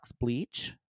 bleach